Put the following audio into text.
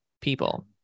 people